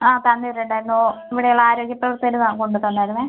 അ തന്നിട്ടുണ്ടായിരുന്നു ഓ ഇവിടെയുള്ള ആരോഗ്യ പ്രവർത്തകർ കൊണ്ട് തന്നായിരുന്നു